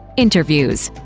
interviews